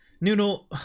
Noodle